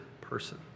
person